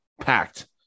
packed